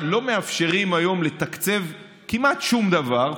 לא מאפשרים היום לתקצב כמעט שום דבר,